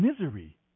misery